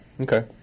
Okay